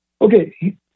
okay